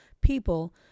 people